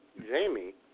Jamie